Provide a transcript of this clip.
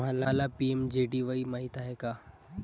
तुम्हाला पी.एम.जे.डी.वाई माहित आहे का?